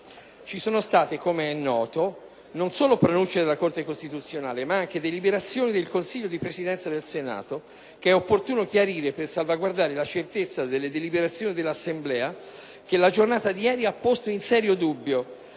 ci sono state, come è noto, non solo pronunce della Corte costituzionale, ma anche deliberazioni del Consiglio di Presidenza del Senato, che è opportuno chiarire per salvaguardare la certezza delle deliberazioni dell'Assemblea che la giornata di ieri ha posto in serio dubbio,